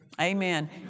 Amen